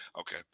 okay